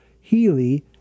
Healy